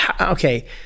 okay